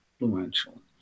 influential